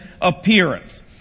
appearance